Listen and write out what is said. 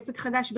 עסק חדש,